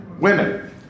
Women